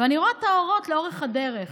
אני רואה את האורות לאורך הדרך.